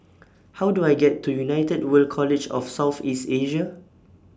How Do I get to United World College of South East Asia